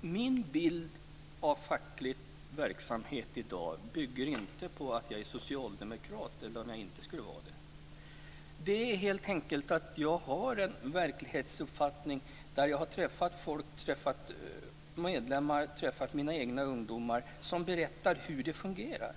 Min bild av facklig verksamhet i dag bygger inte på att jag är socialdemokrat eller inte skulle vara det. Jag har helt enkelt en verklighetsuppfattning där jag har träffat medlemmar och mina egna ungdomar som har berättat hur det fungerar.